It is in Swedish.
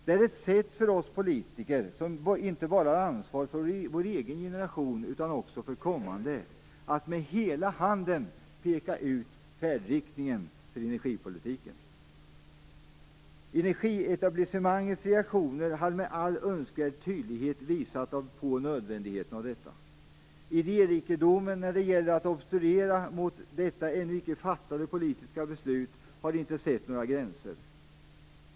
Det är ett sätt för oss politiker, som har ansvar inte bara för vår egen generation utan också för kommande, att med hela handen peka ut färdriktningen för energipolitiken. Energietablissemangets reaktioner har med all önskvärd tydlighet visat på nödvändigheten av detta. Idérikedomen när det gäller att obstruera mot detta ännu icke fattade politiska beslut har inte sett några gränser.